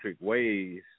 ways